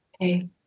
Okay